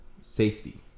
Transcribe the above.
Safety